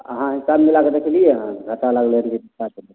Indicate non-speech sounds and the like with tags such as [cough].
अहाँ हिसाब मिलाके देखलियै हन घाटा लागलै [unintelligible]